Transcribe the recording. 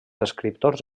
escriptors